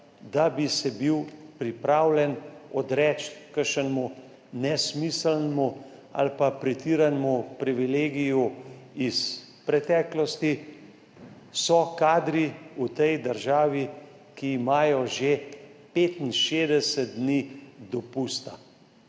da bi se bil pripravljen odreči kakšnemu nesmiselnemu ali pa pretiranemu privilegiju iz preteklosti? V tej državi so kadri, ki imajo že 65 dni dopusta.